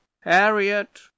harriet